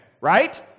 right